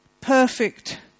perfect